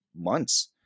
months